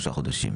יובא.